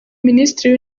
minisitiri